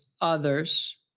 others